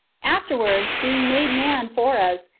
afterwards, being made man for us.